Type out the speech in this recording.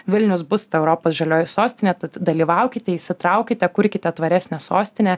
vilnius bus ta europos žalioji sostinė tad dalyvaukite įsitraukite kurkite tvaresnę sostinę